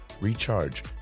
recharge